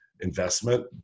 investment